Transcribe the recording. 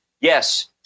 Yes